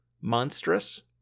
Monstrous